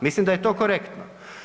Mislim da je to korektno.